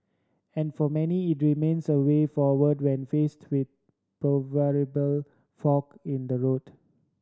and for many it remains a way forward when faced with proverbial fork in the road